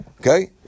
okay